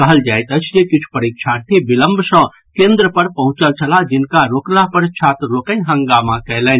कहल जाइत अछि जे किछु परीक्षार्थी विलंब सँ केन्द्र पर पहुंचल छलाह जिनका रोकला पर छात्र लोकनि हंगामा कयलनि